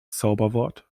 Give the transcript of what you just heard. zauberwort